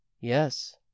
Yes